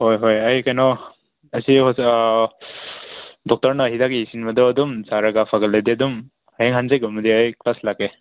ꯍꯣꯏ ꯍꯣꯏ ꯑꯩ ꯀꯩꯅꯣ ꯑꯁꯤ ꯑꯥ ꯗꯣꯛꯇꯔꯅ ꯍꯤꯗꯥꯛ ꯏꯁꯤꯟꯕꯗꯣ ꯑꯗꯨꯝ ꯆꯥꯔꯒ ꯐꯒꯠꯂꯗꯤ ꯑꯗꯨꯝ ꯍꯦꯌꯡ ꯍꯪꯆꯤꯠ ꯀꯨꯝꯕꯗꯤ ꯑꯩ ꯀ꯭ꯂꯥꯁ ꯂꯥꯛꯀꯦ